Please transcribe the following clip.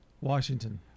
Washington